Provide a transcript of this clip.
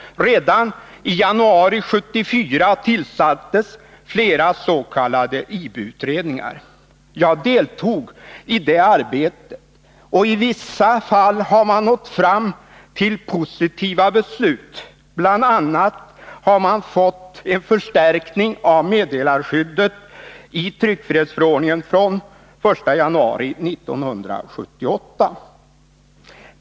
Redan i januari 1974 tillsattes flera s.k. IB-utredningar. Jag deltog i det arbetet. I vissa fall har man nått fram till positiva beslut, bl.a. har man fått en förstärkning av meddelarskyddet i tryckfrihetsförordningen från den 1 januari 1978.